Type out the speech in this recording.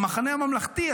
המחנה הממלכתי,